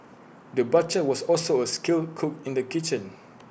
the butcher was also A skilled cook in the kitchen